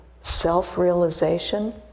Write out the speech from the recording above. self-realization